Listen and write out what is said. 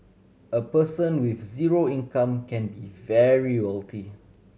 a person with zero income can be very wealthy